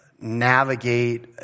navigate